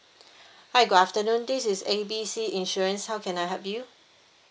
hi good afternoon this is A B C insurance how can I help you